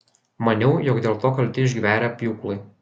maniau jog dėl to kalti išgverę pjūklai